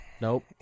Nope